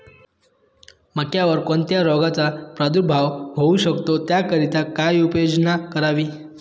मक्यावर कोणत्या रोगाचा प्रादुर्भाव होऊ शकतो? त्याकरिता काय उपाययोजना करावी?